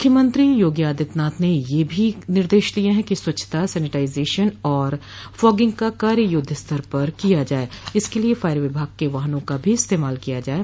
मुख्यमंत्री योगी आदित्यनाथ ने यह भी निर्देश दिये हैं कि स्वच्छता सेनेटाइजेशन और फॉगिंग का कार्य युद्धस्तर पर किया जाये इसके लिए फायर विभाग के वाहनों का भी इस्तेमाल किया जाये